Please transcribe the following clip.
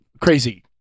crazy